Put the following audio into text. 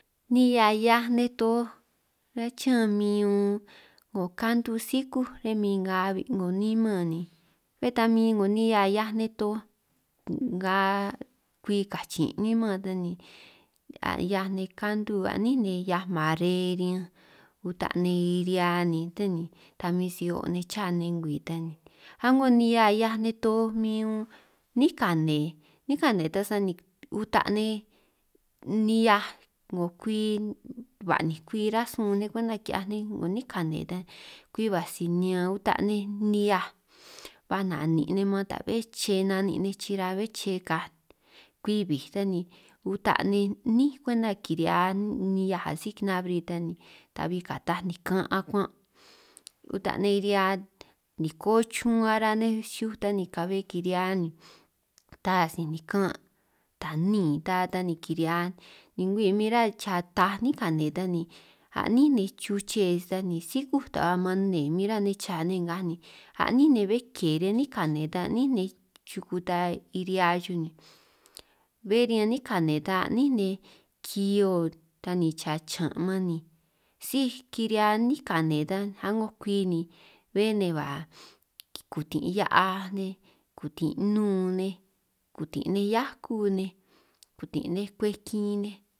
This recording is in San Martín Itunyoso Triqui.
Nihia 'hia toj ruhua chiñán min 'ngo kantu sikúj ñan min nga abi' ´ngo niman ni, bé ta min 'ngo nihia 'hiaj nej toj nga kwi kachin' niman ta ni, a' 'hia nej kantu a'nínj nej hia'aj mare riñanj uta' nej ri'hia ni síj ni ta min si o' nej cha nej ngwii ta ni, a'ngo nihia 'hiaj nej toj min 'nín kane 'nín kane ta sani uta' nej nihiaj 'ngo kwi, ba'ninj kwi ránj sun nej kwenta ki'hiaj nej 'ngo 'nín kane ta, kwi baj sinean uta' nihiaj baj nanin' nej man ta be'é che na'nin' nej chira be'é che kaj, kwi bij ta ni uta' nej 'nín kwenta kiri'hia nihiaj a' síj kinabri ta ni tabi kataj nikanj akuan', uta' nej ri'hia niko chun ara nej siu ta ni ka'be kirihia ni ta sij nikan' ta níin ta ta ni kiri'hia, ni ngwii min ra cha taaj 'nín kane ta ni a'nín ninj chuche ta ni sikúj taaj man nnee min rá nej cha nej ngaj ni a'nín ninj bé ke riñan 'nín kane ta a'nínj nej chuku ta kiri'hia chuj ni, bé riñan 'nín kane ta a'nín ej kihio ta ni cha chiñan' man ni síj kirihia 'nín kane ta a'ngo kwi ni, bé nne ba ni kutin' hia'aj nej, kutin' nnun nej, kutin' nej hiakuj nej, kutin nej kwej kin nej.